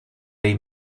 they